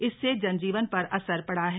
इससे जनजीवन पर असर पड़ा है